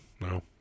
No